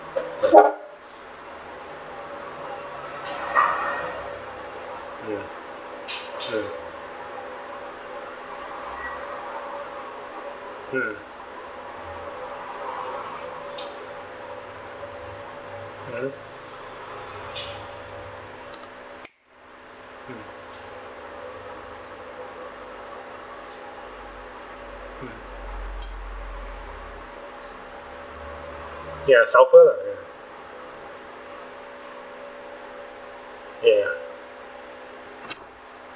mm mm mm mmhmm mm mm ya sulphur lah ya ya